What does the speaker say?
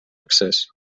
accés